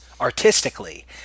artistically